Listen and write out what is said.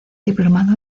diplomado